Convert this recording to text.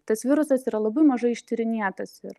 tas virusas yra labai mažai ištyrinėtas ir